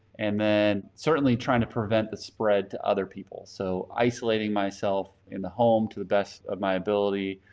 and then certainly trying to prevent the spread to other people, so isolating myself in the home to the best of my ability,